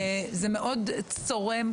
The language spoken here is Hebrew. זה מאוד צורם,